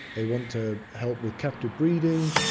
they want to help with captive breeding,